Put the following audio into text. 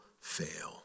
fail